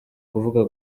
kuvuga